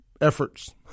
efforts